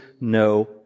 no